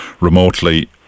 remotely